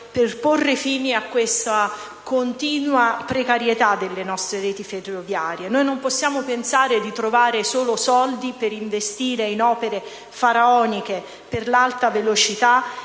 per porre fine a questa continua precarietà delle nostre reti ferroviarie. Non possiamo pensare di trovare soldi solo per investire in opere faraoniche per l'alta velocità